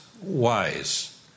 wise